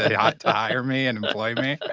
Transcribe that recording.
yeah ah to hire me and employ me?